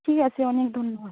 ঠিক আছে অনেক ধন্যবাদ